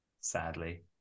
sadly